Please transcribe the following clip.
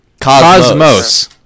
Cosmos